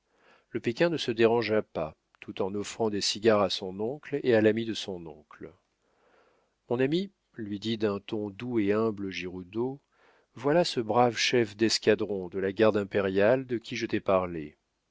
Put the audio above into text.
le péquin ne se dérangea pas tout en offrant des cigares à son oncle et à l'ami de son oncle mon ami lui dit d'un ton doux et humble giroudeau voilà ce brave chef d'escadron de la garde impériale de qui je